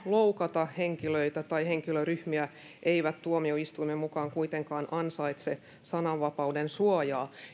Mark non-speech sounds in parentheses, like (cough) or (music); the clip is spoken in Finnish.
(unintelligible) loukata henkilöitä tai henkilöryhmiä eivät tuomioistuimen mukaan kuitenkaan ansaitse sananvapauden suojaa